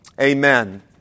Amen